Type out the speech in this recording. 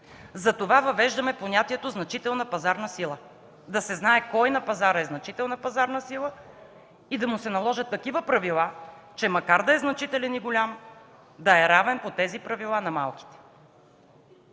Затова въвеждаме понятието „значителна пазарна сила”, за да се знае кой на пазара е значителна пазарна сила и да му се наложат такива правила, че макар да е значителен и голям, да е равен по тези правила на малките.